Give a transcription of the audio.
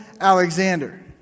Alexander